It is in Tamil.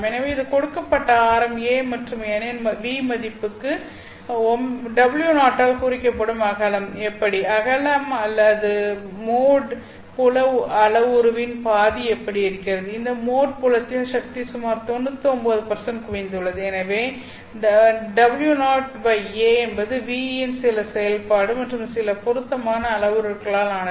எனவே இது கொடுக்கப்பட்ட ஆரம் a மற்றும் n இன் V மதிப்புக்கு w0 ஆல் குறிக்கப்படும் அகலம் எப்படி அகல அல்லது மோட் புல அளவுருவின் பாதி எப்படி இருக்கிறது இந்த மோட் புலத்தில் சக்தி சுமார் 99 குவிந்துள்ளது எனவே w0a என்பது V இன் சில செயல்பாடு மற்றும் சில பொருத்தமான அளவுருக்களால் ஆனது